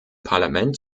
parlament